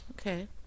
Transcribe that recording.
Okay